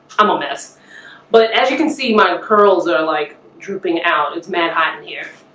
i'm on this but as you can see my curls are like drooping out it's mannheim here.